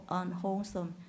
unwholesome